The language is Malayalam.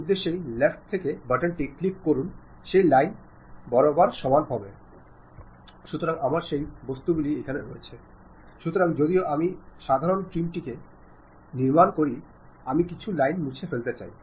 ആശയവിനിമയം ശരിക്കും ഒരു ആവിഷ്കാരമാണ് നിങ്ങൾ ഒരു ഓർഗനൈസേഷനിൽ ആയിരിക്കുമ്പോൾനിങ്ങൾ ഒഴുക്കിനോടൊപ്പമാണെന്നും ഒഴുക്കിന് എതിരല്ലെന്നും മനസ്സിലാക്കുക